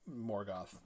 Morgoth